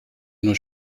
nur